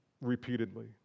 repeatedly